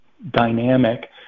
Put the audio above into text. dynamic